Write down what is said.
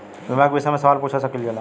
बीमा के विषय मे सवाल पूछ सकीलाजा?